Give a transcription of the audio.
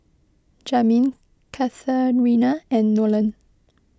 Jamin Katharina and Nolen